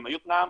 עם יוקנעם,